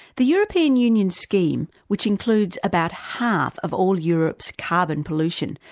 the european union scheme, which includes about half of all europe's carbon pollution,